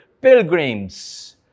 pilgrims